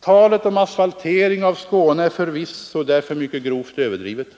Talet om asfaltering av Skåne är därför förvisso mycket grovt överdrivet.